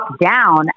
down